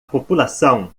população